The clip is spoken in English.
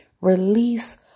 Release